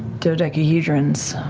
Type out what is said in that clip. dodecahedrons,